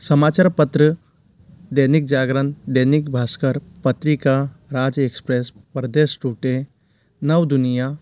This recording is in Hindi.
समाचार पत्र दैनिक जागरण दैनिक भास्कर पत्रिका राज एक्सप्रेस प्रदेश नवदुनिया